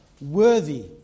worthy